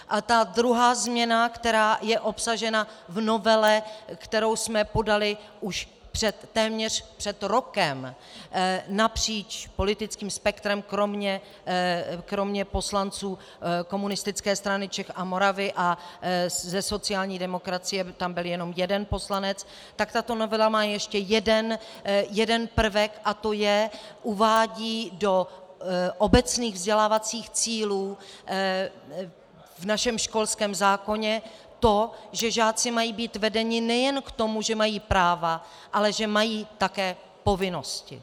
A ta druhá změna, která je obsažena v novele, kterou jsme podali už téměř před rokem napříč politickým spektrem kromě poslanců Komunistické strany Čech a Moravy a ze sociální demokracie, tam byl jenom jeden poslanec, tak tato novela má ještě jeden prvek, a to je uvádí do obecných vzdělávacích cílů v našem školském zákoně to, že žáci mají být vedeni nejen k tomu, že mají práva, ale že mají také povinnosti.